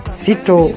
sito